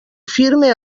firme